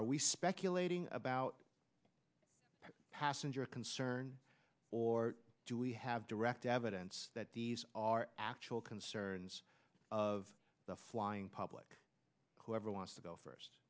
are we speculating about passenger concern or do we have direct evidence that these are actual can cern's of the flying public whoever wants to go first